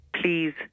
Please